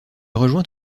rejoint